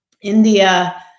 India